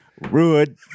Rude